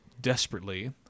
desperately